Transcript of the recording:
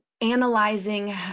analyzing